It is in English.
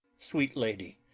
sweet lady,